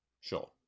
Sure